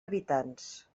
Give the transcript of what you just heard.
habitants